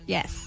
Yes